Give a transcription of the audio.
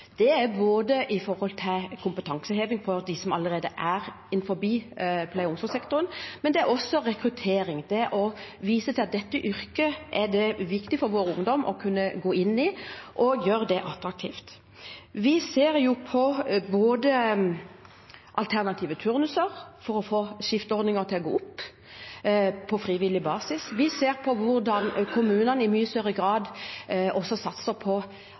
Det gjelder kompetanseheving for dem som allerede er innenfor pleie- og omsorgssektoren, og også rekruttering – det å vise at det er viktig for våre ungdommer å kunne gå inn i dette yrket, gjøre det attraktivt. Vi ser på alternative turnuser for å få skiftordningen til å gå opp på frivillig basis. Vi ser på hvordan kommunene i mye større grad også satser på